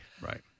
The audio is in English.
right